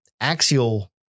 Axial